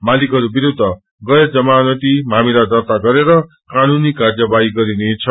मालिाकहय विरूद्ध गैर जमानती मामिला गर्त्ता गरेर कानूनी कार्यवाही गरिनेछ